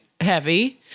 heavy